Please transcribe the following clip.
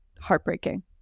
heartbreaking